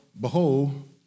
behold